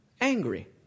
angry